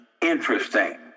interesting